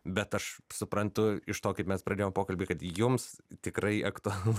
bet aš suprantu iš to kaip mes pradėjom pokalbį kad jums tikrai aktualu